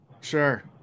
Sure